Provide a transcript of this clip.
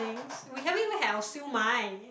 we haven't even had our siew mai